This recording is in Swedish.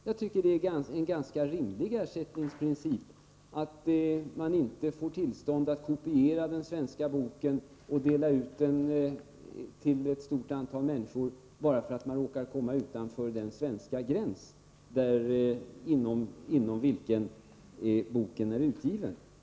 Jag tycker att det är en ganska rimlig ersättningsprincip att man inte får tillstånd att kopiera den svenska boken och dela ut den till ett stort antal människor bara därför att man råkar komma utanför den svenska gräns inom vilken boken är utgiven.